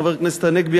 חבר הכנסת הנגבי,